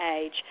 age